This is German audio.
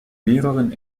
mehreren